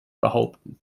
behaupten